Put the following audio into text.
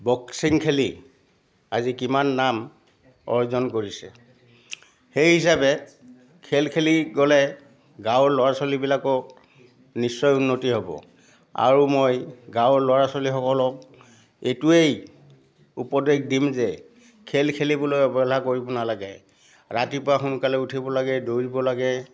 boxing খেলি আজি কিমান নাম অৰ্জন কৰিছে সেই হিচাপে খেল খেলি গ'লে গাঁৱৰ ল'ৰা ছোৱালীবিলাকক নিশ্চয় উন্নতি হ'ব আৰু মই গাঁৱৰ ল'ৰা ছোৱালীসকলক এইটোৱেই উপদেশ দিম যে খেল খেলিবলৈ অৱহেলা কৰিব নেলাগে ৰাতিপুৱা সোনকালে উঠিব লাগে দৌৰিব লাগে